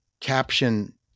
caption